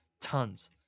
tons